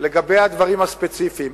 לגבי הדברים הספציפיים,